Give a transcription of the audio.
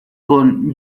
con